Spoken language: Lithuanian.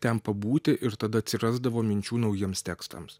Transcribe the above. ten pabūti ir tada atsirasdavo minčių naujiems tekstams